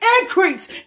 increase